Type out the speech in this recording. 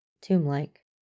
tomb-like